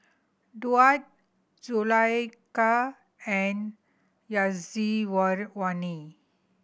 Daud Zulaikha and